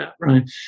Right